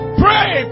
pray